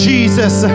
Jesus